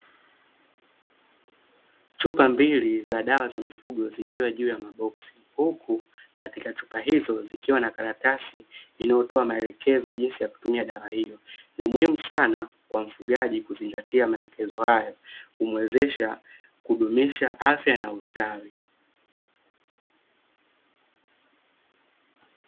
Chupa mbili za dawa za mifugo zikiwa juu ya maboksi, huku katika chupa hizo zikiwa na karatasi inayotoa maelekezo jinsi ya kutumia dawa hiyo. Ni muhimu sana kwa mfugaji kuzingatia maelekezo haya kumuwezesha kudumisha afya na ustawi.